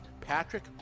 Patrick